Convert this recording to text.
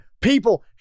People